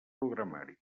programari